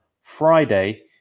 friday